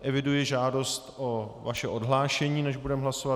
Eviduji žádost o vaše odhlášení, než budeme hlasovat.